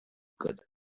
could